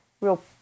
real